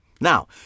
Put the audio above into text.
Now